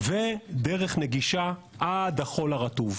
ודרך נגישה עד החול הרטוב,